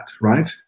right